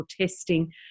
testing